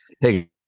hey